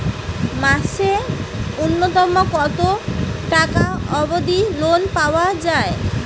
মাসে নূন্যতম কতো টাকা অব্দি লোন পাওয়া যায়?